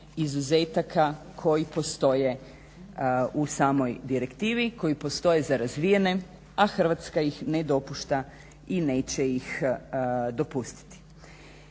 izuzetaka koji postoje u samoj direktivi, koji postoje za razvijene, a Hrvatska ih ne dopušta i neće ih dopustiti